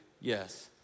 yes